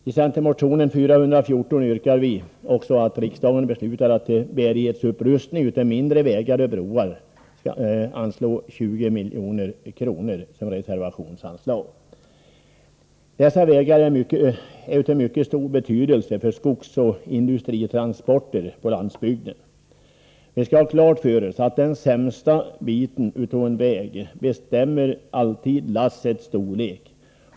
I centermotionen 414 hemställer vi att riksdagen beslutar att till bärighetsupprustning av mindre vägar och broar skall anslås 20 milj.kr. som reservationsanslag. Dessa vägar är av mycket stor betydelse för skogsoch industritransporter på landsbygden. Vi skall ha klart för oss att den sämsta biten av en väg alltid bestämmer lassets storlek.